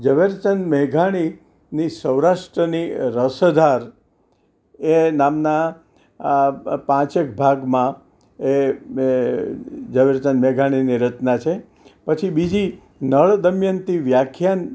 ઝવેરચંદ મેઘાણીની સૌરષ્ટ્રની રસધાર એ નામના પાંચમા ભાગમાં એ ઝવેરચંદ મેઘાણીની રચના છે પછી બીજી નળ દમયંતિ વ્યાખ્યાન